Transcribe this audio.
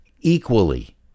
Equally